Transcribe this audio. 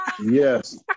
Yes